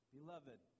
Beloved